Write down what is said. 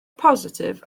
positif